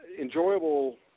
enjoyable